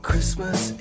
Christmas